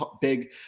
big